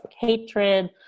hatred